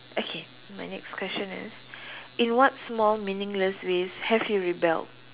okay my next question is in what small meaningless ways have you rebelled